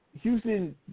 Houston